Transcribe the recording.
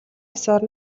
ёсоор